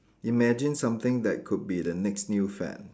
imagine something that could be the next new fad